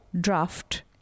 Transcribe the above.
draft